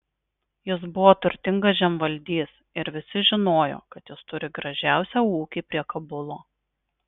jis buvo turtingas žemvaldys ir visi žinojo kad jis turi gražiausią ūkį prie kabulo